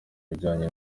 bijyanye